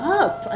up